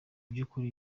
by’ukuri